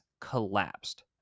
collapsed